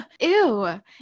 ew